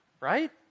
right